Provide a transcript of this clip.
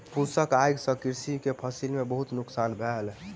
फूसक आइग से कृषक के फसिल के बहुत नुकसान भेल